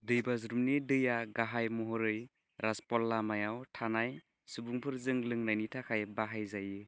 दैबाज्रुमनि दैया गाहाय महरै राजपलायमाव थानाय सुबुंफोरजों लोंनायनि थाखाय बाहाय जायो